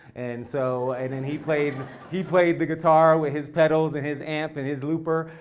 and so and then he played he played the guitar with his pedals and his amp and his looper.